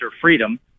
freedom